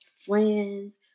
friends